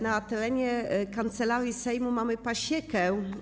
Na terenie Kancelarii Sejmu mamy pasiekę.